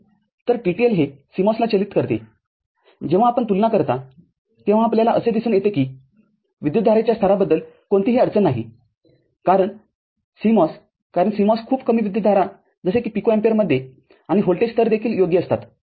तर TTL हे CMOS ला चलित करतेजेव्हा आपण तुलना करता तेव्हा आपल्याला असे दिसून येते की विद्युतधारेच्या स्थराबद्दल कोणतीही अडचण नाही कारण CMOS कारण CMOS खूप कमी विद्युतधारा जसे कि पिको अँपिअर मध्ये आणि व्होल्टेज स्थरदेखील योग्य असतात